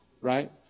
right